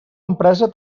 empresa